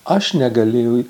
aš negalėjau